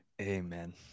Amen